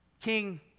King